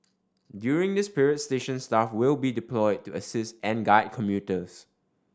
during this period station staff will be deployed to assist and guide commuters